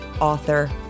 author